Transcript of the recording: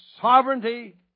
sovereignty